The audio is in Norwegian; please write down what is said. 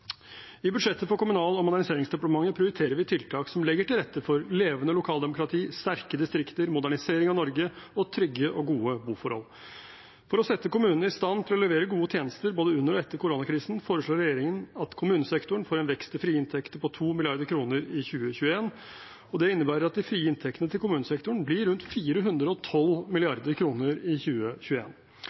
I budsjettet for Kommunal- og moderniseringsdepartementet prioriterer vi tiltak som legger til rette for levende lokaldemokrati, sterke distrikter, modernisering av Norge og trygge og gode boforhold. For å sette kommunene i stand til å levere gode tjenester både under og etter koronakrisen, foreslår regjeringen at kommunesektoren får en vekst i frie inntekter på 2 mrd. kr i 2021. Det innebærer at de frie inntektene til kommunesektoren blir rundt 412 mrd. kr i